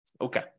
Okay